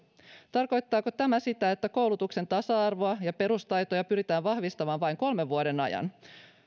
tarkoittaako tämä sitä että koulutuksen tasa arvoa ja perustaitoja pyritään vahvistamaan vain kolmen vuoden ajan